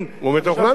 אז עד מתי?